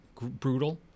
brutal